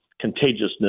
contagiousness